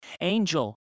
Angel